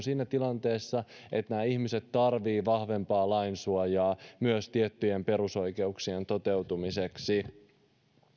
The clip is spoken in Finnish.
siinä tilanteessa että nämä ihmiset tarvitsevat vahvempaa lainsuojaa myös tiettyjen perusoikeuksien toteutumiseksi